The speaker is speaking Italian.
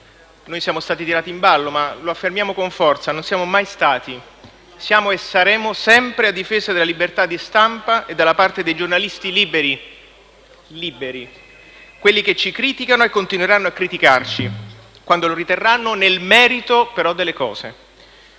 siamo stati tirati in ballo, ma affermiamo con forza che non siamo mai stati contro, ma siamo e saremo sempre a difesa della libertà di stampa e dalla parte dei giornalisti liberi, di quelli che ci criticano e continueranno a criticarci, quando lo riterranno, nel merito però delle cose.